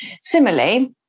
Similarly